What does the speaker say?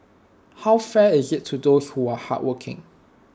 how fair is IT to those who are hardworking